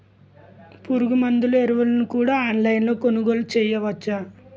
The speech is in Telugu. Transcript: పురుగుమందులు ఎరువులను కూడా ఆన్లైన్ లొ కొనుగోలు చేయవచ్చా?